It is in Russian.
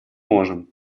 можем